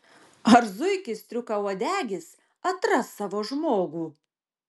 ar zuikis striukauodegis atras savo žmogų